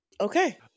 Okay